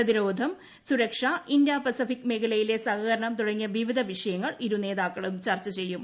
പ്രതിരോധം സുരക്ഷ Indo Pacific മേഖലയിലെ സഹകരണം തുടങ്ങിയ വിവിധ വിഷയങ്ങൾ ഇരുനേതാക്കളും ചർച്ച ചെയ്യും